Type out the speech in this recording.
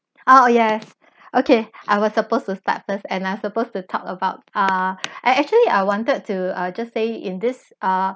oh oh yes okay I was supposed to start first and I supposed to talk about ah I actually I wanted to uh just say in this ah